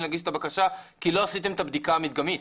להגיש את הבקשה כי לא עשיתם את הבדיקה המדגמית